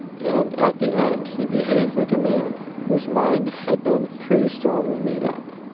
and at the end he behaved like a man whose mind had been pretty strongly made up.